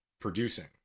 producing